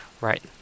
right